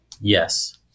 Yes